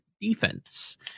defense